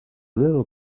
little